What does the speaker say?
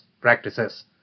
practices